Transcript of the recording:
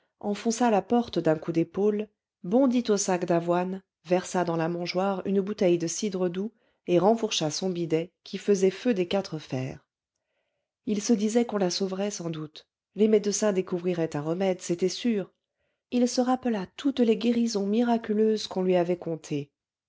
enfonça la porte d'un coup d'épaule bondit au sac d'avoine versa dans la mangeoire une bouteille de cidre doux et renfourcha son bidet qui faisait feu des quatre fers il se disait qu'on la sauverait sans doute les médecins découvriraient un remède c'était sûr il se rappela toutes les guérisons miraculeuses qu'on lui avait contées